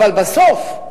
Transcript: אבל בסוף,